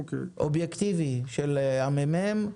דוח אובייקטיבי של מרכז המחקר והמידע